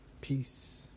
Peace